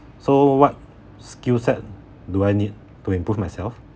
so what skill set do I need to improve myself